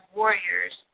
warriors